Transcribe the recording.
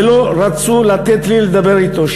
ולא רצו לתת לי לדבר אתו,